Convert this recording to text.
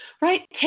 right